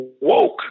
woke